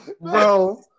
Bro